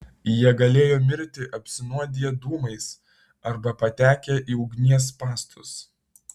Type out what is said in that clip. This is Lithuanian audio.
jie galėjo mirti apsinuodiję dūmais arba patekę į ugnies spąstus